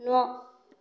न'